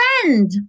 friend